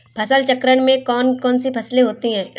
फसल चक्रण में कौन कौन सी फसलें होती हैं?